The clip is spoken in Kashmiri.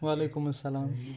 وَعلیکُم اَسَلام